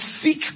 seek